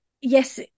yes